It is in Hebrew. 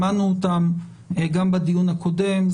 שמענו אותם גם בדיון הקודם,